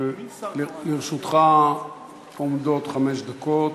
לרשותך עומדות חמש דקות.